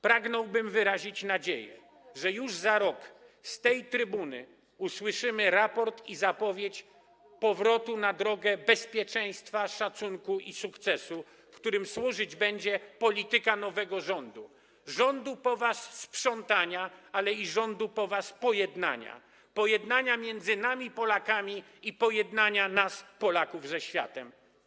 Pragnąłbym wyrazić nadzieję, że już za rok z tej trybuny usłyszymy raport i zapowiedź powrotu na drogę bezpieczeństwa, szacunku i sukcesu, którym służyć będzie polityka nowego rządu, rządu sprzątania po was, ale i rządu pojednania po was, pojednania między nami, Polakami, i pojednania nas, Polaków, ze światem.